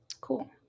Cool